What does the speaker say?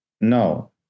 No